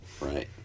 Right